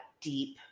deep